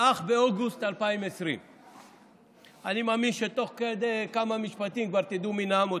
אך באוגוסט 2020. אני מאמין שתוך כמה משפטים כבר תדעו מי נאם אותו: